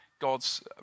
God's